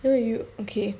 oh you okay